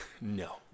No